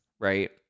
Right